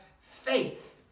faith